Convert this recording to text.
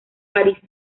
parís